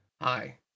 Hi